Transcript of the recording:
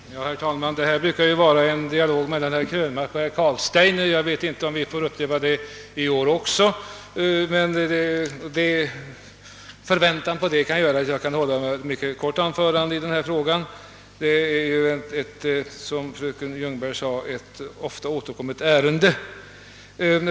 Herr talman! Den fråga vi nu behandlar brukar utmynna i en dialog mellan herr Krönmark och herr Carlstein. Jag vet inte om vi får uppleva det även i år, men i avvaktan på det kan jag nu fatta mig kort. Som fröken Ljungberg sade är detta ett ofta återkommande ärende.